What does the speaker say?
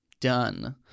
done